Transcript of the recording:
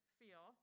feel